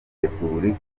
repubulika